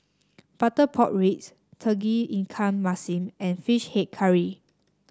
Butter Pork Ribs Tauge Ikan Masin and fish head curry